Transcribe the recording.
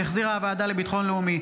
שהחזירה הוועדה לביטחון לאומי.